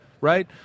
right